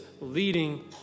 leading